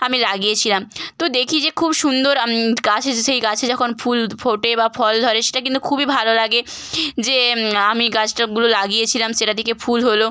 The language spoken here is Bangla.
আমি লাগিয়েছিলাম তো দেখি যে খুব সুন্দর গাছ এসেছে সেই গাছে যখন ফুল ফোটে বা ফল ধরে সেটা কিন্তু খুবই ভালো লাগে যে আমি গাছগুলো লাগিয়েছিলাম সেটা থেকে ফুল হল